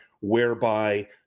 whereby